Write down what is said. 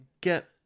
get